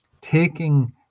taking